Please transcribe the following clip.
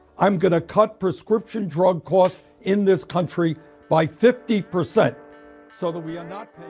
i'm going to cut prescription drug costs in this country by fifty percent so that we are not.